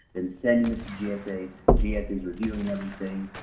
then send you know it to gsa, gsa's reviewing everything,